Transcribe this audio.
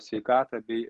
sveikatą bei